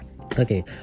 Okay